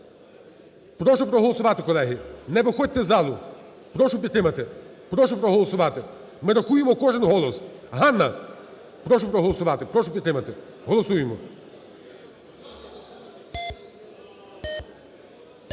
Прошу проголосувати, колеги. Не виходьте із залу. Прошу підтримати. Прошу проголосувати. Ми рахуємо кожен голос. Ганна! Прошу проголосувати, прошу підтримати. Голосуємо.